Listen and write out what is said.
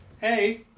hey